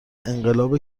انقلاب